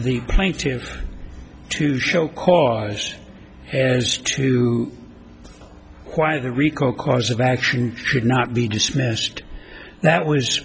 the plaintiffs to show cause as to why the rico cause of action should not be dismissed that was